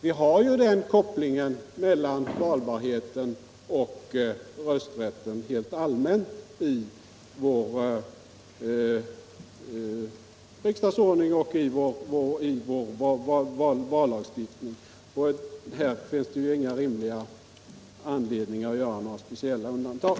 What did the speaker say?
Vi har ju kopplingen mellan valbarheten och rösträtten helt allmänt i vår vallagstiftning. Här finns ingen rimlig anledning att göra några speciella undantag.